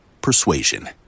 persuasion